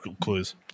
clues